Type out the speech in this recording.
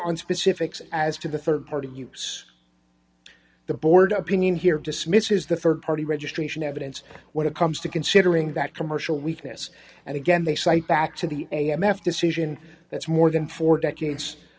on specifics as to the rd party use the board opinion here dismisses the rd party registration evidence when it comes to considering that commercial weakness and again they cite back to the a m f decision that's more than four decades